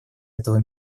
этого